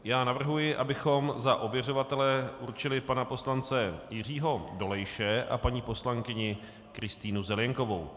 Já navrhuji, abychom za ověřovatele určili pana poslance Jiřího Dolejše a paní poslankyni Kristýnu Zelienkovou.